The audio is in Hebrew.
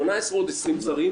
18 או 20 שרים,